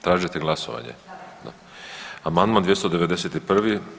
Tražite glasovanje? [[Upadica: Da.]] Amandman 291.